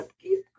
keep